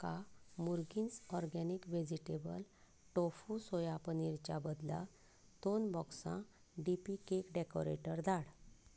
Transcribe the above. म्हाका मुर्गिन्स organic vegetable tofu soya पनीरच्या बदला दोन बॉक्सां डी पी केक डेकोरेटर धाड